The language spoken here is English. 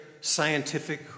scientific